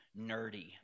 nerdy